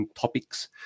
topics